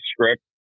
script